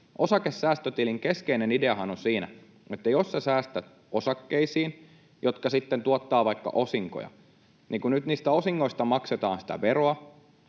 Osakesäästötilin keskeinen ideahan on siinä, että jos sinä säästät osakkeisiin, jotka sitten tuottavat vaikka osinkoja, niin kun nyt niistä osingoista maksetaan veroa,